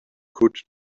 could